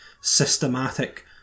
systematic